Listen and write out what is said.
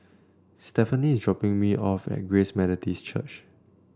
Stefani is dropping me off at Grace Methodist Church